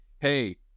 hey